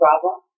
problem